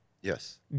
Yes